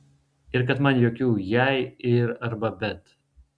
ir kad man jokių jei ir arba bet